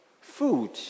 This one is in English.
food